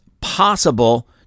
possible